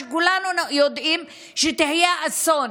שכולנו יודעים שהיא תהיה אסון,